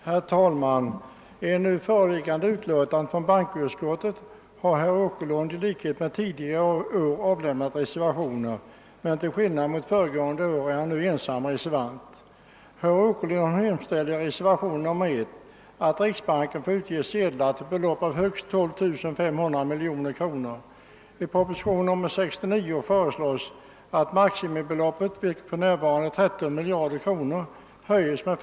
Herr talman! Detta skall bli mitt sista inlägg för kvällen — det lovar jag. Men med anledning av statsministerns uttalande om att det hela kan uppfattas som en manöver för att komma bort från sakfrågan vill jag säga att det inte var vi som förde in brevet och telefonsamtalet i debatten.